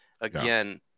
Again